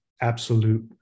absolute